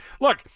Look